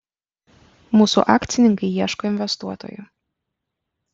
mūsų akcininkai ieško investuotojų